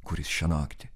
kuris šią naktį